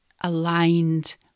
aligned